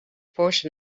portion